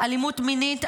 אלימות מינית,